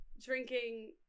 drinking